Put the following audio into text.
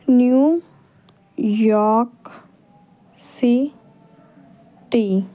new York C T